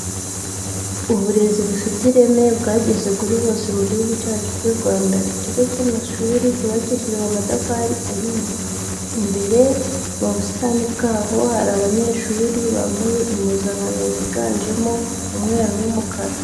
Uburezi bufite ireme bwageze kuri bose mu gihugu cyacu cy'u Rwanda, ikigo cy'amashuri cyubakishijwe amatafari ahiye, imbere mu busitani bwaho hari abanyeshuri bambaye impuzankano yiganjemo umweru n'umukara.